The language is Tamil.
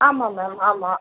ஆமாம் மேம் ஆமாம்